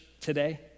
today